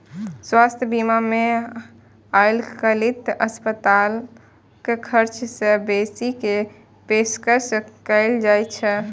स्वास्थ्य बीमा मे आइकाल्हि अस्पतालक खर्च सं बेसी के पेशकश कैल जाइ छै